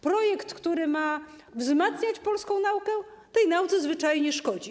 Projekt, który ma wzmacniać polską naukę, tej nauce zwyczajnie szkodzi.